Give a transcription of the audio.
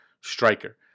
striker